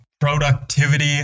productivity